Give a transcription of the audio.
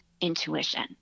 intuition